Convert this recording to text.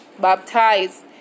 baptized